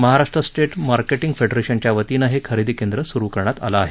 Maharashtra state marketing फेडरेशनच्या वतीनं हे खरेदी केंद्र सुरु करण्यात आलं आहे